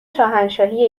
شاهنشاهی